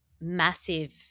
massive